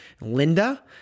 Linda